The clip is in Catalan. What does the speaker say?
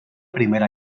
primera